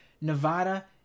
Nevada